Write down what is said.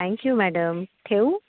thank you madam ठेवू